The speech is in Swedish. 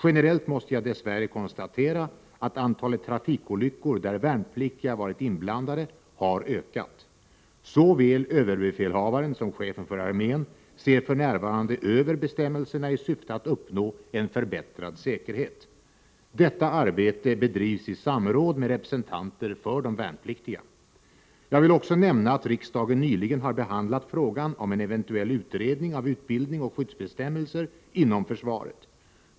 Generellt måste jag dess värre konstatera att antalet trafikolyckor där värnpliktiga varit inblandade har ökat. Såväl överbefälhavaren som chefen för armén ser för närvarande över bestämmelserna i syfte att uppnå en förbättrad säkerhet. Detta arbete bedrivs i samråd med representanter för de värnpliktiga. Jag vill också nämna att riksdagen nyligen har behandlat frågan om en eventuell utredning av utbildning och skyddsbestämmelser inom försvaret.